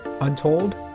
Untold